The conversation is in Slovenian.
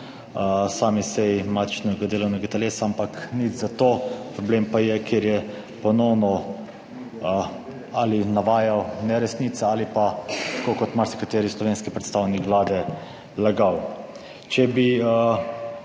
sami seji matičnega delovnega telesa, ampak nič za to, problem pa je, ker je ponovno ali navajal neresnice ali pa tako kot marsikateri slovenski predstavnik Vlade lagal. Če bi